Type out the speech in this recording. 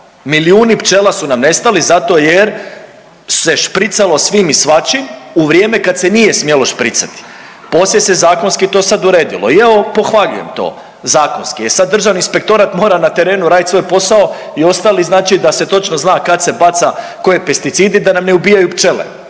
milijuni pčela su nam nestali zato jer se špricalo svim i svačim u vrijeme kad se nije smjelo špricati. Poslije se zakonski to sad uredilo i evo pohvaljujem to zakonski, e sad Državni inspektorat mora na terenu radit svoj posao i ostali znači da se točno zna kad se baca koje pesticidi da nam ne ubijaju pčele